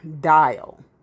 dial